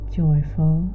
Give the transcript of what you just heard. joyful